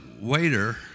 waiter